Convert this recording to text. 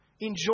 Enjoy